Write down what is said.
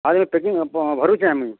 ଆରେ ଇ ପେକିଙ୍ଗ୍ ଆପଣ୍ଙ୍କର୍ ଭରୁଛେଁ ମୁଇଁ